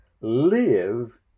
live